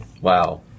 Wow